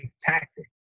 tactic